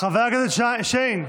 חבר הכנסת שיין,